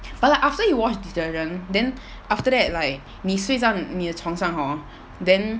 but like after you wash detergent then after that like 你睡上你的床上 hor then